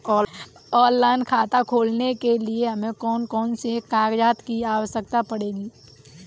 Online खाता खोलने के लिए हमें कौन कौन से कागजात की आवश्यकता पड़ेगी?